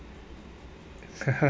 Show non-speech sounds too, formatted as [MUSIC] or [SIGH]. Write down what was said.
[LAUGHS]